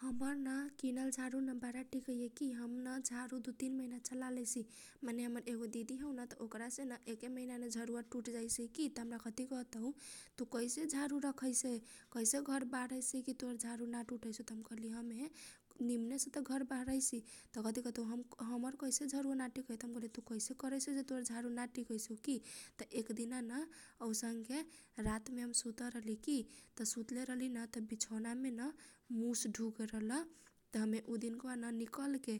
हमर न किनल झारु न बारा टिकैए की हम न झारू दु, तिन महिना चला लै सी। माने हमर येगो दिदी हौ न ओक्रा से न एके महिना मे झारुवा टूट जैसै की । त हमरा कथी कहतौ तु कसे झारू राखैसे कैसे घर बाहरैसे की तोहर झारू ना टुटैसौ? त हम कहली हमे निमने से त घर बाहरैसी त कथी कहतौ हमर कैसे झरुवा ना टिकैता त हम कहैसी कसै करैसे जे तोहर झारू ना टिकैसौ की। त एक दिना न औसनके रात मे हम सुतल रहली की त सुतले रहली न त बिछौना मेन मुस डुगेल रहल। त हमे उ दिनका बा निकल के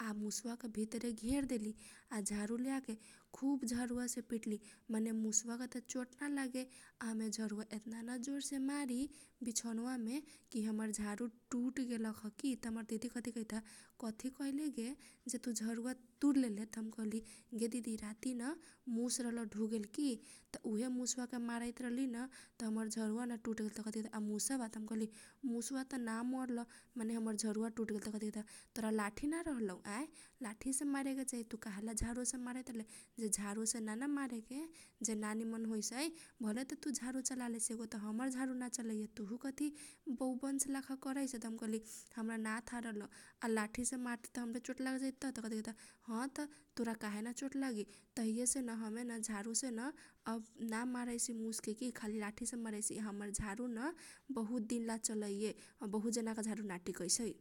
आ मुसवा के भितरे घेर देली आ झारू लेया के खुब झरूवा से पिटली माने मुसबा के त चोट ना लागे आ हमे झरूवा एतना न जोरसे मारी बिछौनवा मे की हमर झारू टुट गेल ख की । त हमर दिदी कथी कहैता कथी कैले गे जे तु झरूवा तुर लेले त हम कहली गे दिदी राती न मुस रहल डुगेल की। त उहे मुसबा के मारैत रहली न त हमर झरूवा न टुट गेल त कथी कहैता आ मुसवा त हम कहली मुसवा त ना मरल माने हमर झरूवा टुट गेल। त तोरा लाठी ना रहलौ आए लाठी से मारे के चाही तु काहेला झारूसे मारैत रहले जे झारूसे नान मारे के नि नियन होइसै। भले त तु झारू चाला लेइसे एगै हमर झारू ना चलैए तुहु कथी बौबनस लाखा करैसे। त हम कहली हमरा ना थाह रहल आ लाठी से मारती त हमरे चोट लाग जाइत त । त कथी कहैता ह त तोरा काहे ना चोट लागी तहिये सेन हमे न झारू सेन अब ना मारैसी मुसके की खाली लाठी से मारैसी। हमर झारू न बहुत दिनला चलैये आ बहुत जना के झारू ना टिकैसै।